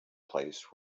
place